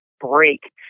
break